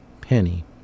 penny